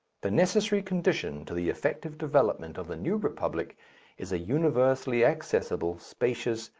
the necessary condition to the effective development of the new republic is a universally accessible, spacious,